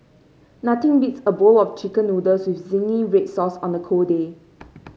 nothing beats a bowl of chicken noodles with zingy red sauce on a cold day